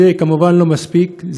זה כמובן לא מספיק,